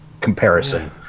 comparison